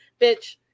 bitch